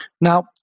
Now